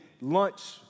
lunch